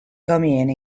commune